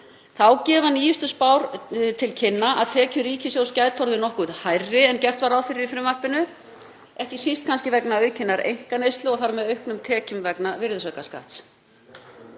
Þá gefa nýjustu spár til kynna að tekjur ríkissjóðs gætu orðið nokkuð hærri en gert var ráð fyrir í frumvarpinu, ekki síst kannski vegna aukinnar einkaneyslu og þar með auknum tekjum vegna virðisaukaskatts.